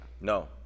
No